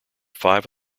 five